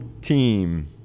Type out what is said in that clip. team